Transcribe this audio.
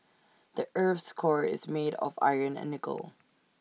the Earth's core is made of iron and nickel